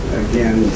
again